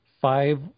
five